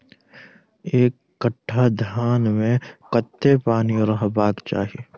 एक कट्ठा धान मे कत्ते पानि रहबाक चाहि?